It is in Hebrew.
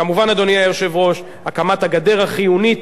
כמובן, אדוני היושב-ראש, הקמת הגדר החיונית